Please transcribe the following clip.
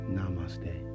Namaste